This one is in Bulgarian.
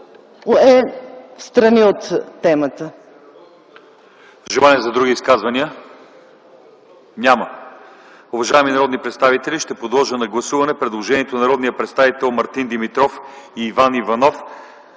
ЛЪЧЕЗАР ИВАНОВ: Желание за други изказвания? Няма. Уважаеми народни представители, ще подложа на гласуване предложението на народните представители Мартин Димитров и Иван Иванов,